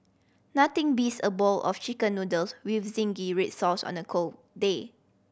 nothing beats a bowl of Chicken Noodles with zingy red sauce on a cold day